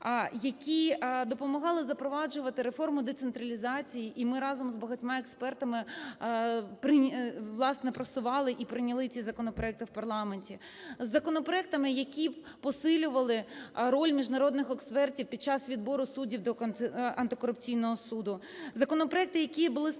які допомагали запроваджувати реформу децентралізації і ми разом з багатьма експертами, власне, просували і прийняли ці законопроекти в парламент. Законопроекти, які б посилювали роль міжнародних експертів під час відбору суддів до антикорупційного суду. Законопроекти, які були спрямовані